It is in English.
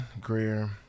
Greer